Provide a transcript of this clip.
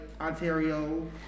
Ontario